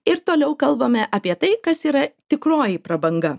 ir toliau kalbame apie tai kas yra tikroji prabanga